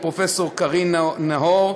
לפרופ' קרין נהון,